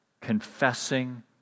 confessing